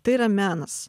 tai yra menas